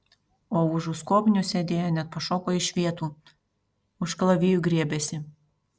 o užu skobnių sėdėję net pašoko iš vietų už kalavijų griebėsi